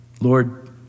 Lord